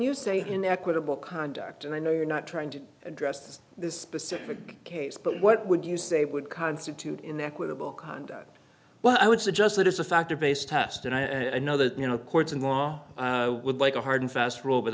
you say in equitable conduct and i know you're not trying to address this specific case but what would you say would constitute inequitable conduct well i would suggest that is a factor based test and i know that you know courts and law would like a hard and fast rule but